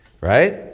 right